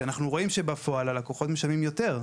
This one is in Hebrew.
כשאנחנו רואים שבפועל הלקוחות משלמים יותר,